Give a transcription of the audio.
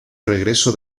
regreso